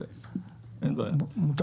יש,